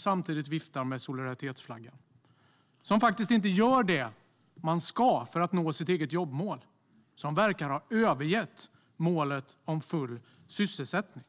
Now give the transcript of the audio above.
samtidigt som man viftar med solidaritetsflaggan. Man gör inte det man ska för att nå sitt eget jobbmål och verkar ha övergett målet om full sysselsättning.